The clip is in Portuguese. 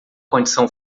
condição